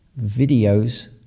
videos